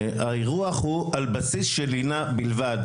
האירוח הוא על בסיס של לינה בלבד,